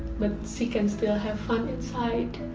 but she can still have fun inside.